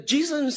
Jesus